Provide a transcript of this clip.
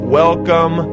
welcome